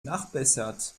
nachbessert